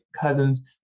cousins